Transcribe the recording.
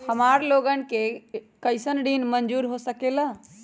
हमार लोगन के कइसन ऋण मंजूर हो सकेला?